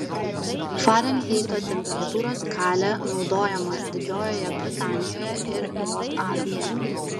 farenheito temperatūros skalė naudojama didžiojoje britanijoje ir jav